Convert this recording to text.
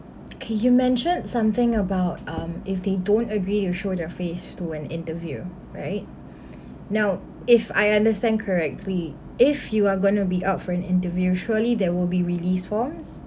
okay you mentioned something about um if they don't agree to show their face to an interview right now if I understand correctly if you are going to be out for an interview surely there will be released forms